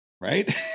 Right